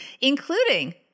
including